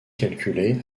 calculer